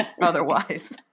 Otherwise